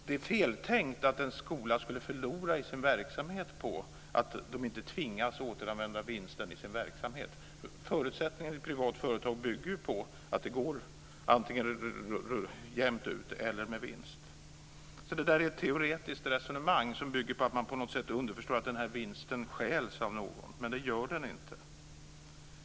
Det är feltänkt att en skola skulle förlora i sin verksamhet på att inte tvingas återanvända vinsten i verksamheten. Förutsättningarna i ett privat företag bygger på att de går antingen jämnt ut eller med vinst. Det är ett teoretiskt resonemang, som bygger på att vinsten underförstått stjäls av någon. Det gör den inte.